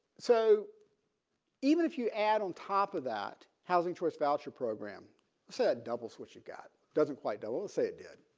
so even if you add on top of that housing choice voucher program said double switch you got doesn't quite double say it did.